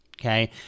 Okay